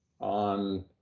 on